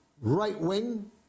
right-wing